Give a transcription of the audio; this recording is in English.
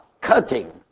cutting